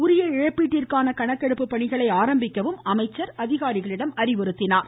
உரிய இழப்பீட்டிற்கான கணக்கெடுப்பு பணிகளை ஆரம்பிக்கவும் அமைச்சர் அறிவுறுத்தினார்